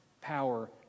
power